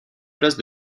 place